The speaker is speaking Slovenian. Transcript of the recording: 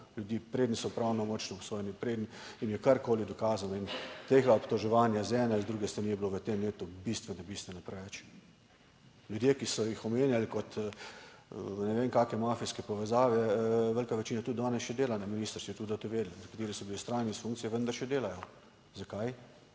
ljudi preden so pravnomočno obsojeni, preden jim je karkoli dokazano in tega obtoževanja z ene ali z druge strani je bilo v tem letu bistveno, bistveno preveč. Ljudje, ki so jih omenjali, kot ne vem kakšne mafijske povezave, velika večina tudi danes še dela na ministrstvu, je tudi vedelo, nekateri so bili / nerazumljivo/ s funkcije, vendar še delajo. Zakaj?